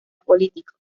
político